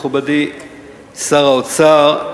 מכובדי שר האוצר,